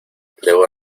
debo